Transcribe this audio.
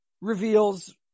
reveals